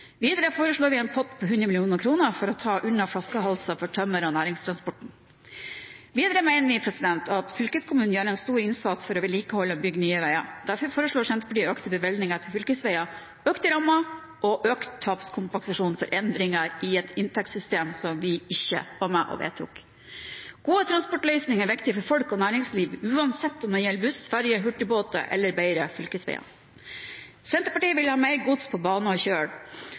Videre foreslår vi en pott på 100 mill. kr for å ta unna flaskehalser for tømmer- og næringstransporten. Videre mener vi at fylkeskommunene gjør en stor innsats for å vedlikeholde og bygge nye veier. Derfor foreslår Senterpartiet økte bevilgninger til fylkesveier, økte rammer og økt tapskompensasjon for endringer i et inntektssystem som vi ikke var med og vedtok. Gode transportløsninger er viktig for folk og næringsliv, uansett om det gjelder buss, ferjer, hurtigbåter eller bedre fylkesveier. Senterpartiet vil ha mer gods på bane og kjøl.